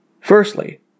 Firstly